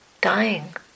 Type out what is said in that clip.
dying